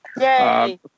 Yay